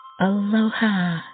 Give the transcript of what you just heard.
Aloha